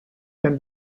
can